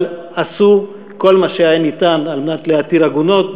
אבל עשו כל מה שהיה ניתן על מנת להתיר עגונות,